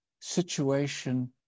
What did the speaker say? situation